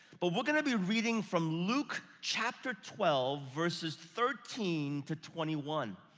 but we're gonna be reading from luke chapter twelve, verses thirteen to twenty one.